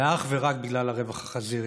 זה אך ורק בגלל הרווח החזירי.